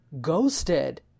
ghosted